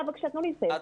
חלק